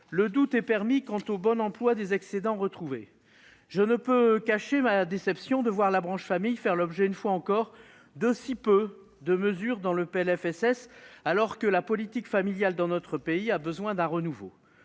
le doute est permis quant au bon emploi des excédents retrouvés. Je ne peux ainsi cacher ma déception de voir la branche famille faire l'objet, une fois encore, de si peu de mesures dans le PLFSS, alors que la politique familiale dans notre pays a besoin d'un renouveau.